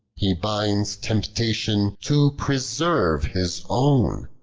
he binds temptation to preserve his own.